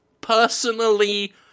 personally